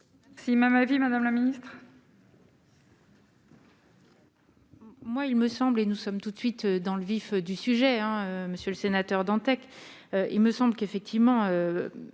Merci même avis, Madame la Ministre.